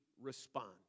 respond